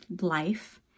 life